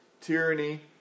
tyranny